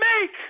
make